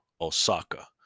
Osaka